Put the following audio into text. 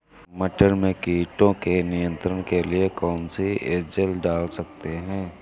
मटर में कीटों के नियंत्रण के लिए कौन सी एजल डाल सकते हैं?